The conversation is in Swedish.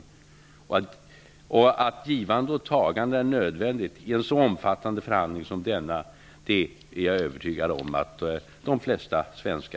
Jag är övertygad om att de flesta svenskar inser att ett givande och tagande är nödvändigt i en så omfattande förhandling som denna.